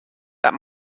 that